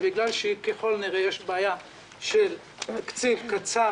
ובגלל שככל הנראה יש בעיה של תקציב קצר